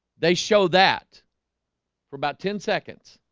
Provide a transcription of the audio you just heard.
they show that for about ten seconds